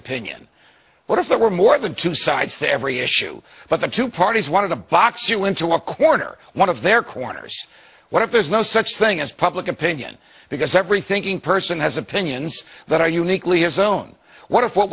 opinion what if there were more than two sides to every issue but the two parties one of box you into a corner one of their corners what if there's no such thing as public opinion because every thinking person has opinions that are uniquely his own what if what